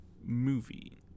movie